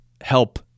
help